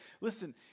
Listen